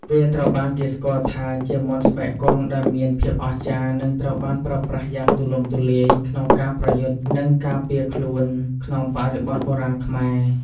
វាត្រូវបានគេស្គាល់ថាជាមន្តស្បែកគង់ដែលមានភាពអស្ចារ្យ និងត្រូវបានប្រើប្រាស់យ៉ាងទូលំទូលាយក្នុងការប្រយុទ្ធ និងការពារខ្លួនក្នុងបរិបទបុរាណខ្មែរ។